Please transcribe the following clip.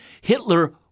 Hitler